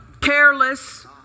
careless